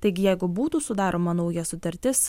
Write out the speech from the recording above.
taigi jeigu būtų sudaroma nauja sutartis